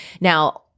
Now